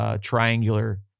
triangular